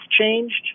changed